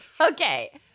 Okay